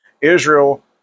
israel